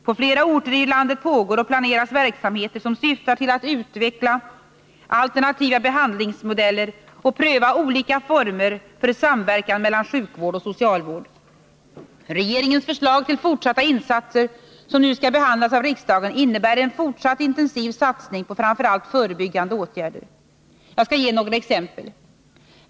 På flera orter i landet pågår och planeras verksamheter som syftar till att utveckla alternativa behandlingsmodeller och pröva olika former för samverkan mellan sjukvård och socialvård. Regeringens förslag till fortsatta insatser som nu skall behandlas av riksdagen innebär en fortsatt intensiv satsning på framför allt förebyggande åtgärder. Jag skall ge några exempel.